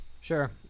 Sure